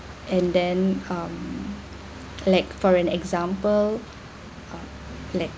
and then um like for an example uh like